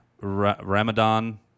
Ramadan